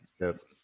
yes